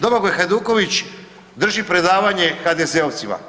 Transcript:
Domagoj Hajduković drži predavanje HDZ-ovcima.